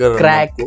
crack